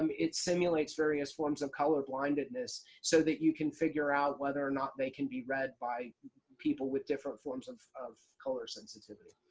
um it simulates various forms of color blindedness so that you can figure out whether or not they can be read by people with different forms of of color sensitivity.